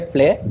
Play